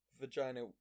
vagina